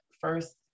first